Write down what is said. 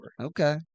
okay